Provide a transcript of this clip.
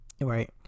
Right